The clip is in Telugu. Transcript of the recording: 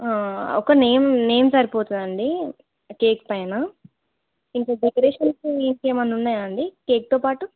ఒక నేమ్ నేమ్ సరిపోతుందండి కేక్ పైన ఇంకా డెకరేషన్కి ఇంక ఏమన్నా ఉన్నాయాండీ కేక్తో పాటు